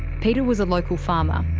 peter was a local farmer,